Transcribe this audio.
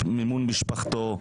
למימון משפחתו.